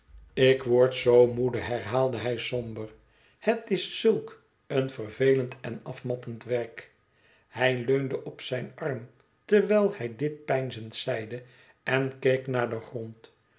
ik word zoo moede herhaalde hij somber het is zulk een vervelend en afmattend werk hij leunde op zijn arm terwijl hij dit peinzend zeide en keek naar den grond